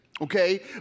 okay